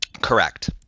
Correct